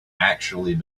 actually